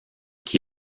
qui